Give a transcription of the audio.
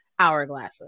hourglasses